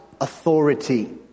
authority